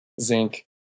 zinc